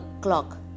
clock